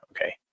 Okay